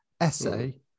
essay